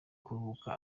kuruhuka